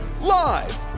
Live